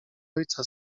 ojca